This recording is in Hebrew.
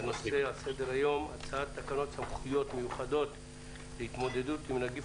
הנושא על סדר היום: הצעת תקנות סמכויות מיוחדות להתמודדות עם נגיף